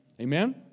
Amen